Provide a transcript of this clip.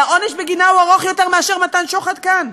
והעונש בגינה הוא ארוך יותר מאשר מתן שוחד כאן.